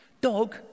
Dog